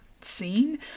scene